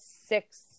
six